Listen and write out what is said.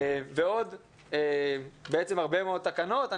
ועוד הרבה מאוד תקנות.